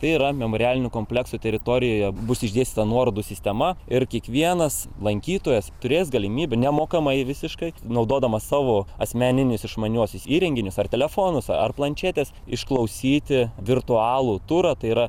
ir memorialinio komplekso teritorijoje bus išdėstyta nuorodų sistema ir kiekvienas lankytojas turės galimybę nemokamai visiškai naudodamas savo asmeninius išmaniuosius įrenginius ar telefonus ar planšetes išklausyti virtualų turą tai yra